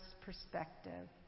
perspective